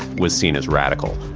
was seen as radical.